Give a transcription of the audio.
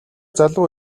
залуу